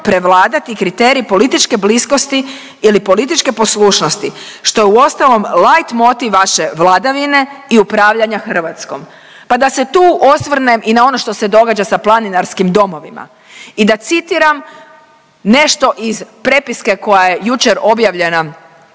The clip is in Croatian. prevladati kriterij političke bliskosti ili političke poslušnosti, što je uostalom lajtmotiv vaše vladavine i upravljanja Hrvatskom. Pa da se tu osvrnem i na ono što se događa sa planinarskim domovima i da citiram nešto iz prepiske koja je jučer objavljena,